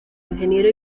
ingeniero